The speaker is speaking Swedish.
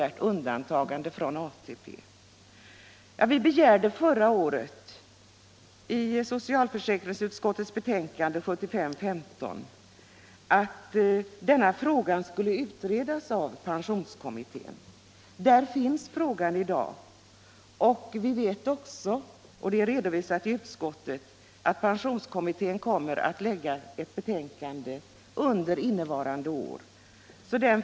Vi begärde förra året, i försäkringsutskottets betänkande nr 15, att denna fråga skulle utredas av pensionskommittén. Där finns frågan i dag. Vi vet också — det har redovisats i utskottet — att pensionskommittén kommer att framlägga ett betänkande under innevarande år.